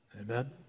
Amen